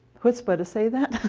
chutzpah, to say that.